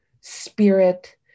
spirit